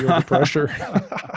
pressure